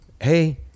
hey